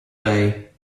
day